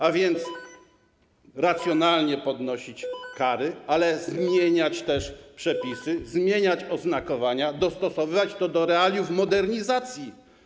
A więc racjonalnie podnosić kary, ale też zmieniać przepisy, zmieniać oznakowania, dostosowywać to do realiów modernizacji.